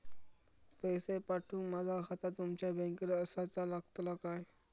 पैसे पाठुक माझा खाता तुमच्या बँकेत आसाचा लागताला काय?